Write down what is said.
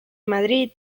madrid